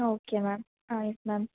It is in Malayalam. ആ ഓക്കെ മാം ആ യെസ് മാം